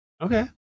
Okay